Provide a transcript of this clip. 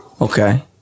Okay